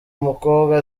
umukobwa